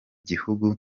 gihugu